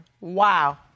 Wow